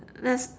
let's